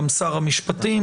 גם שר המשפטים.